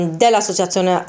dell'associazione